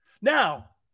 now